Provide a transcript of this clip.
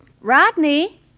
Rodney